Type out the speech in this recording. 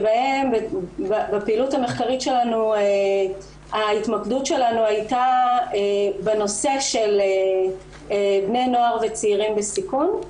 בפעילות המחקרית ההתמקדות שלנו הייתה בנושא של בני נוער וצעירים בסיכון,